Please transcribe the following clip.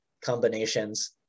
combinations